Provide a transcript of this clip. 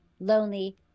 lonely